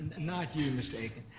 not you, mr.